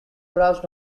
perhaps